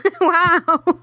Wow